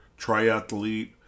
triathlete